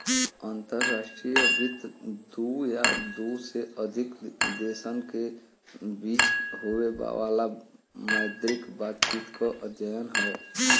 अंतर्राष्ट्रीय वित्त दू या दू से अधिक देशन के बीच होये वाला मौद्रिक बातचीत क अध्ययन हौ